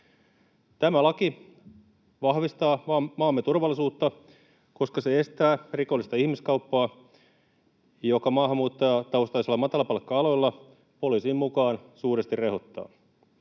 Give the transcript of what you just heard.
Tämä laki vahvistaa maamme turvallisuutta, koska se estää rikollista ihmiskauppaa, joka maahanmuuttajataustaisilla matalapalkka-aloilla poliisin mukaan suuresti rehottaa.